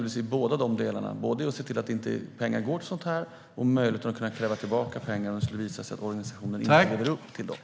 I båda delarna gäller det att se till att pengar inte går till sådant och att man har möjlighet att kräva tillbaka pengarna om det visar sig att organisationen inte lever upp till kraven.